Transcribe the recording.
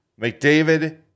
McDavid